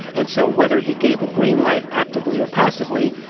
and so whether he gave a green light actively or passively,